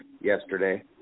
yesterday